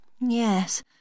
Yes